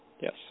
Yes